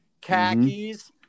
khakis